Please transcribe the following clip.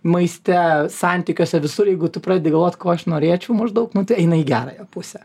maiste santykiuose visur jeigu tu pradedi galvot ko aš norėčiau maždaug nu tai eina į gerąją pusę